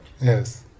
Yes